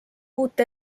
uut